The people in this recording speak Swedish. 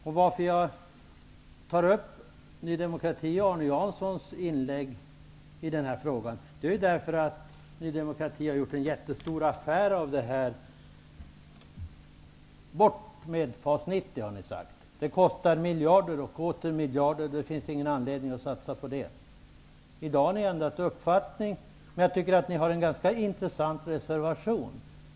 Anledningen till att jag kommenterar Arne Janssons och Ny demokratis inlägg i frågan är att Ny demokrati har gjort en mycket stor affär av detta. Bort med FAS 90! har ni sagt. Det kostar miljarder och åter miljarder, och det finns ingen anledning att satsa på detta, har ni också sagt. Men i dag har ni en annan uppfattning. Däremot tycker jag att ni har en ganska intressant reservation.